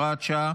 הוראת שעה,